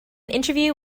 interview